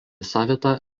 savitą